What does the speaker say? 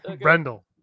Brendel